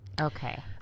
Okay